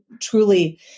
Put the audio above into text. truly